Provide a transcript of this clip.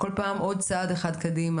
בכל פעם עוד צעד אחד קדימה,